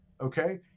Okay